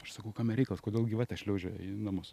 aš sakau kame reikalas kodėl gyvatės šliaužia į namus